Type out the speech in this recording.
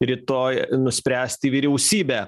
rytoj nuspręsti vyriausybė